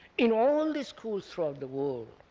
in all the schools throughout the world,